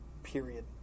Period